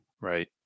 right